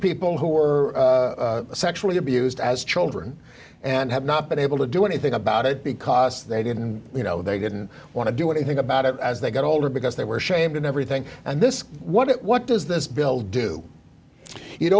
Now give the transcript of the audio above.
people who were sexually abused as children and have not been able to do anything about it because they didn't you know they didn't want to do anything about it as they got older because they were shamed and everything and this is what it what does this bill do it